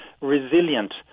resilient